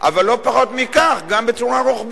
אבל לא פחות מכך, גם בצורה רוחבית.